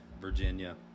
Virginia